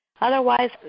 Otherwise